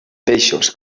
peixos